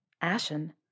Ashen